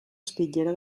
espitllera